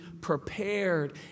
prepared